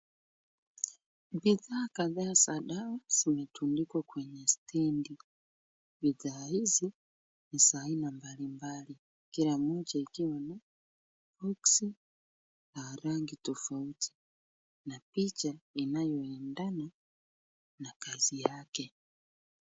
Bidhaa kadhaa za dawa zimetundikwa kwenye stendi . Bidhaa hizi ni za aina mbalimbali kila moja ikiwa na boksi la rangi tofauti na picha inayoendana na kazi yake.